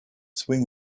swing